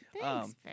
Thanks